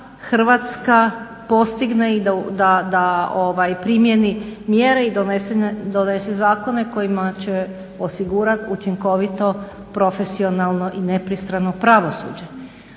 Hrvatska postigne i da primjeni mjere i donese zakone kojima će osigurati učinkovito, profesionalno i nepristrano pravosuđe.